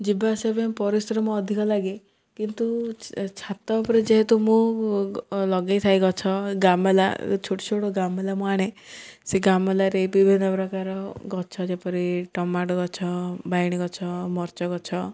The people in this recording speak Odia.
ଯିବା ଆସିବା ପାଇଁ ପରିଶ୍ରମ ମୁଁ ଅଧିକ ଲାଗେ କିନ୍ତୁ ଛାତ ଉପରେ ଯେହେତୁ ମୁଁ ଲଗାଇଥାଏ ଗଛ ଗାମେଲା ଛୋଟ ଛୋଟ ଗାମେଲା ମୁଁ ଆଣେ ସେ ଗାମେଲାରେ ବିଭିନ୍ନ ପ୍ରକାର ଗଛ ଯେପରି ଟମାଟୋ ଗଛ ବାଇଣ ଗଛ ମରିଚ ଗଛ